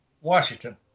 Washington